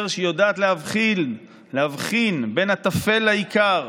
היא שהיא יודעת להבחין בין הטפל לעיקר,